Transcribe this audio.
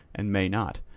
and may not,